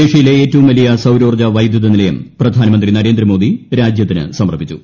ഏഷ്യയിലെ ഏറ്റവും വലിയ സൌരോർജ്ജ വൈദ്യുത നിലയം പ്രധാനമന്ത്രി നരേന്ദ്രമോദി രാജ്യത്തിന് സമർപ്പിച്ചു